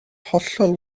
hollol